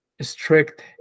strict